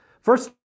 first